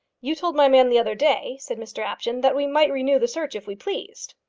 you told my man the other day, said mr apjohn, that we might renew the search if we pleased.